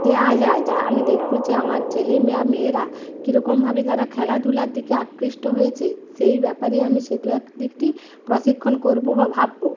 দেওয়া যায় যা আমি দেখব যে আমার ছেলে মেয়েরা কীরকমভাবে তারা খেলাধূলার দিকে আকৃষ্ট হয়েছে সেই ব্যাপারে আমি সে দুএক দু একটি প্রশিক্ষণ করব বা ভাবব